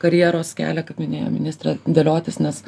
karjeros kelią kaip minėjo ministrė dėliotis nes